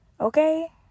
Okay